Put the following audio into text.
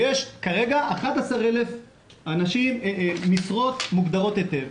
יש כרגע 11,000 משרות מוגדרות היטב.